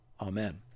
Amen